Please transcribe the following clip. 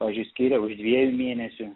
pavyzdžiui skiria už dviejų mėnesių